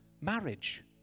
marriage